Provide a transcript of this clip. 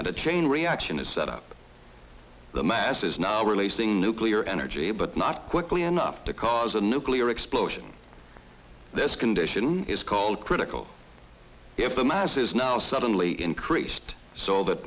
and a chain reaction is set up the masses now releasing nuclear energy but not quickly enough to cause a nuclear explosion this condition is called critical if the mass is now suddenly increased so that